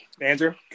Andrew